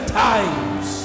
times